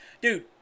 Dude